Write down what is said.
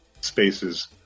spaces